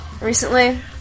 recently